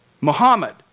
Muhammad